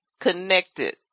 connected